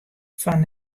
fan